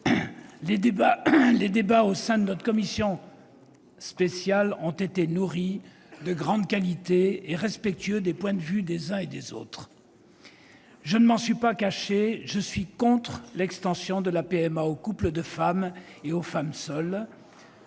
collègues, au sein de la commission spéciale, les débats ont été nourris, de grande qualité et respectueux des points de vue des uns et des autres. Je ne m'en suis pas caché, je suis contre l'extension de l'accès à la PMA aux couples de femmes et aux femmes seules.